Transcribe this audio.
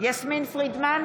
יסמין פרידמן,